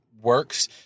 works